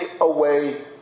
away